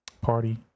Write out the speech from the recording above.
party